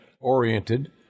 oriented